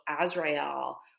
Azrael